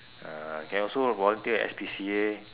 uh can also volunteer at S_P_C_A